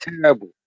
terrible